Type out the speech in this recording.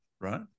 right